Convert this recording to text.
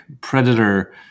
Predator